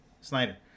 Snyder